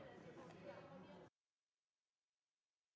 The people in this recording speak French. Merci